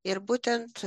ir būtent